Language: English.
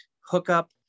hookup